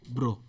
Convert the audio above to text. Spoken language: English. Bro